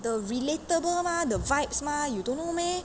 the relatable mah the vibes mah you don't know meh